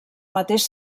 mateix